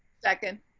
second.